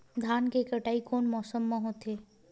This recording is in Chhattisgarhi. धान के कटाई कोन मौसम मा होथे?